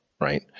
Right